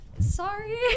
sorry